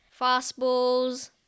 fastballs